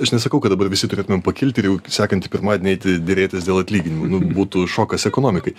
aš nesakau kad dabar visi turėtumėm pakilti ir jau sekantį pirmadienį eiti derėtis dėl atlyginimų būtų šokas ekonomikai